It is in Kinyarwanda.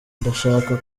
ndashaka